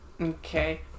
Okay